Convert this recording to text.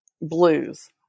blues